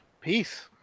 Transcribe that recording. Peace